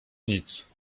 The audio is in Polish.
nic